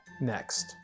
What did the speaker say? Next